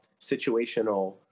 situational